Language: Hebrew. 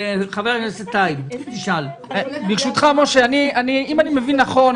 אם אני מבין נכון,